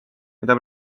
mida